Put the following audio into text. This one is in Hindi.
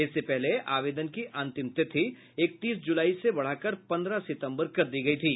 इससे पहले आवेदन की अंतिम तिथि इकतीस जुलाई से बढ़ाकर पन्द्रह सितम्बर कर दी गयी थी